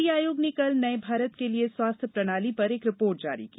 नीति आयोग ने कल नए भारत के लिए स्वास्थ्य प्रणाली पर एक रिपोर्ट जारी की